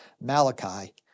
Malachi